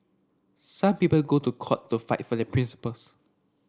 some people go to court to fight for their principles